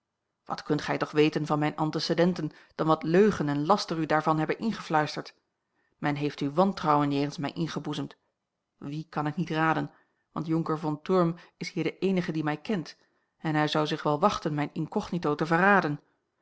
wat kunt gij toch weten van mijne antecedenten dan wat leugen en laster u daarvan hebben ingefluisterd men heeft u wantrouwen jegens mij ingeboezemd wie kan ik niet raden want jonker von thurm is hier de eenige die mij kent en hij zou zich wel wachten mijn incognito te verraden